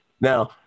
Now